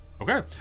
Okay